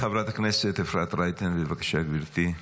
חברת הכנסת אפרת רייטן, בבקשה, גברתי.